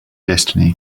destiny